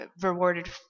rewarded